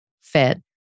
fit